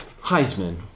Heisman